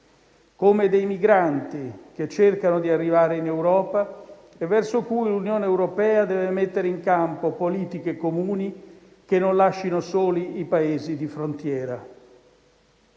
come dei migranti che cercano di arrivare in Europa e verso cui l'Unione europea deve mettere in campo politiche comuni che non lascino soli i Paesi di frontiera».